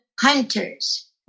Hunters